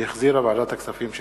שהחזירה ועדת הכספים.